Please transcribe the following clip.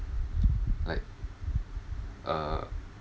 like uh